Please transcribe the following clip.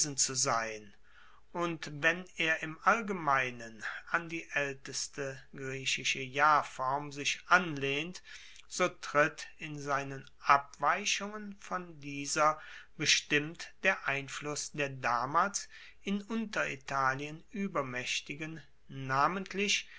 zu sein und wenn er im allgemeinen an die aelteste griechische jahrform sich anlehnt so tritt in seinen abweichungen von dieser bestimmt der einfluss der damals in unteritalien uebermaechtigen namentlich